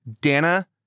Dana